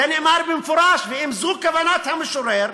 זה נאמר במפורש, ואם זו כוונת המשורר,